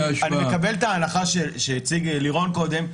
אני מקבל את ההנחה שהציג לירון קודם,